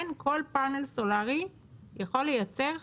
כל פאנל סולארי יכול לייצר חשמל.